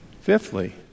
Fifthly